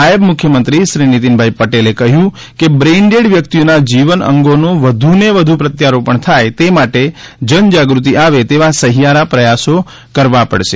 નાયબ મુખ્યમંત્રી શ્રી નીતિનભાઇ પટેલે કહ્યુ કે બ્રેઇન ડેડ વ્યક્તિઓના જીવન અંગોનું વધુ ને વધુ પ્રત્યારોપણ થાય તે માટે જનજાગૃતિ આવે તેવા સહિયારા પ્રથાસો કરવા પડશે